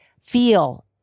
feel